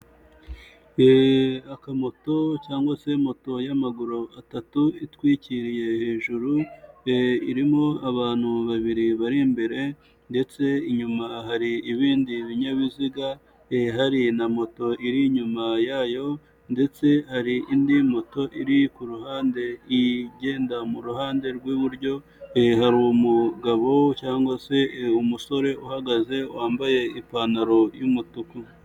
Akamoto cyangwa se moto y'amaguru atatu itwikiriye hejuru irimo abantu babiri bari imbere ndetse inyuma hari ibindi binyabiziga, hari na moto iri inyuma yayo ndetse hari indi moto iri ku ruhande igenda mu ruhande rw'iburyo. Hari umugabo cyangwa se umusore uhagaze wambaye ipantaro y'umutuku.